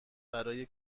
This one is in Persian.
برای